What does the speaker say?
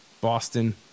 Boston